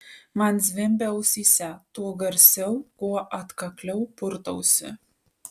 man zvimbia ausyse tuo garsiau kuo atkakliau purtausi